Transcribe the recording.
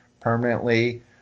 permanently